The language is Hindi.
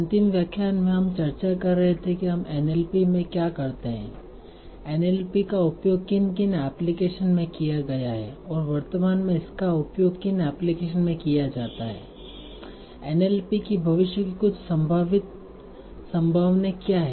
अंतिम व्याख्यान में हम चर्चा कर रहे थे कि हम NLP में क्या करते हैं NLP का उपयोग किन किन एप्लीकेशन में किया गया है और वर्तमान में इसका उपयोग किन एप्लीकेशन में किया जाता है NLP की भविष्य की कुछ संभावित संभावनाएँ क्या हैं